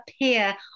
appear